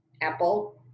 Apple